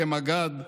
כמג"ד,